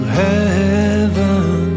heaven